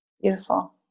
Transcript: Beautiful